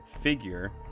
figure